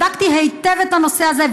בדקתי היטב את הנושא הזה,